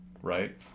right